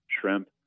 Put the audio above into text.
shrimp